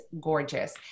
gorgeous